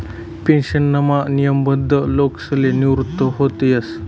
पेन्शनमा नियमबद्ध लोकसले निवृत व्हता येस